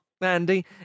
Andy